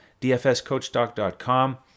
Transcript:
dfscoachdoc.com